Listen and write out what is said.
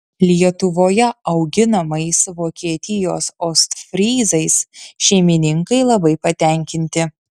lietuvoje auginamais vokietijos ostfryzais šeimininkai labai patenkinti